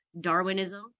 darwinism